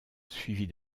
suivis